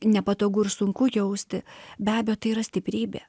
nepatogu ir sunku jausti be abejo tai yra stiprybė